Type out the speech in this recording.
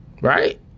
Right